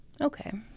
Okay